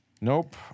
Nope